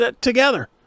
together